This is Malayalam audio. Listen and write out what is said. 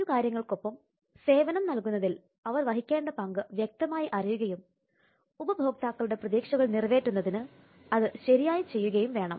മറ്റു കാര്യങ്ങൾക്കൊപ്പം സേവനം നൽകുന്നതിൽ അവർ വഹിക്കേണ്ട പങ്ക് വ്യക്തമായി അറിയുകയും ഉപഭോക്താക്കളുടെ പ്രതീക്ഷകൾ നിറവേറ്റുന്നതിന് അത് ശരിയായി ചെയ്യുകയും വേണം